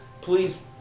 please